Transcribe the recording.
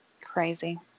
crazy